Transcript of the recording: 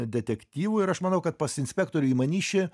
detektyvu ir aš manau kad pas inspektorių imanišį